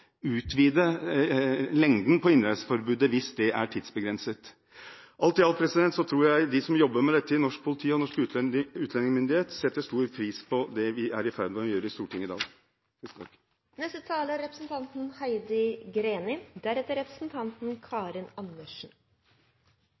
utvide lengden på innreiseforbudet hvis det er tidsbegrenset. Alt i alt tror jeg at de som jobber med dette i norsk politi og norske utlendingsmyndigheter, setter stor pris på det vi er i ferd med å gjøre i Stortinget i dag. Det er